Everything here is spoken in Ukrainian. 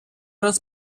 раз